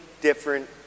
different